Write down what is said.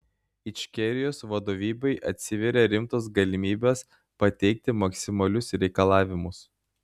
ičkerijos vadovybei atsiveria rimtos galimybės pateikti maksimalius reikalavimus